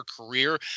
career